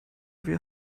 wir